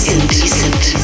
Indecent